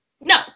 No